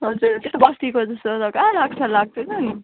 हजुर त्यस्तो बस्तीको जस्तो त कहाँ लाग्छ लाग्दैन नि